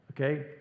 Okay